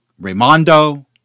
Raimondo